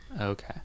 Okay